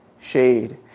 shade